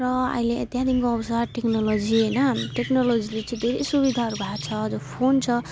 र अहिले त्यहाँदेखिन्को आउँछ टेक्नोलोजी हैन टेक्नोलोजीले चाहिँ धेरै सुविधाहरू भएको छ र फोन छ